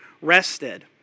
rested